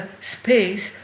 space